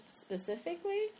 specifically